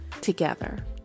together